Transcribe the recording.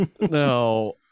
no